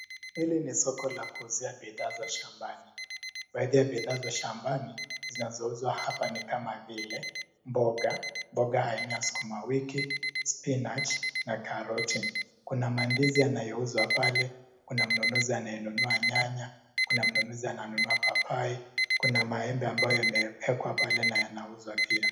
Hili ni soko la kuuzia bidhaa za shambani. Baadhi ya bidhaa za shambani zinazouzwa hapa ni kama vile mboga, mboga aina ya sukuma wiki, spinach na karoti. Kuna mandizi yanayouzwa pale, kuna mnunuzi anayenunua nyanya, kuna mnunuzi ananunua papai, kuna maembe ambayo yamewekwa pale na yanauzwa pia.